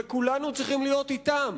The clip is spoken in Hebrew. וכולנו צריכים להיות אתם